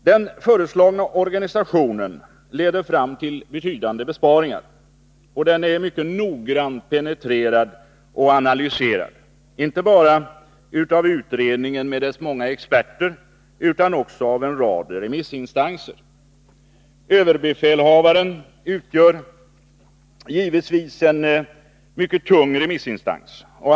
Den föreslagna organisationen leder fram till betydande besparingar, och den är mycket noggrant penetrerad och analyserad—-inte bara av utredningen med dess många experter utan också av en rad remissinstanser. Överbefälhavaren utgör givetvis en mycket tung remissinstans.